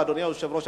ואדוני היושב-ראש,